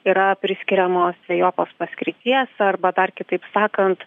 yra priskiriamos dvejopos paskirties arba dar kitaip sakant